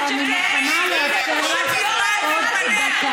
שאני לא לובשת ז'קט, לא, זה לא בסדר.